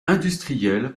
industriel